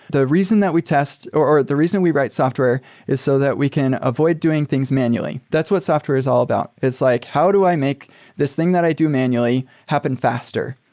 the reason that we test or the reason we write software is so that we can avoid doing things manually. that's what software is all about, is like how do i make this thing that i do manually happen faster?